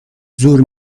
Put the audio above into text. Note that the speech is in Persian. زور